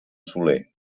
soler